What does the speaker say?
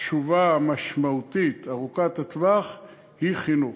התשובה המשמעותית ארוכת הטווח היא חינוך.